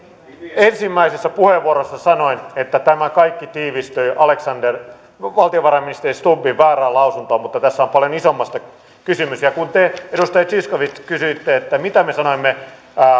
ensimmäisessä puheenvuorossa sanoin että tämä kaikki tiivistyi valtiovarainministeri stubbin väärään lausuntoon mutta tässä on paljon isommasta kysymys ja kun te edustaja zyskowicz kysyitte mitä me sanoimme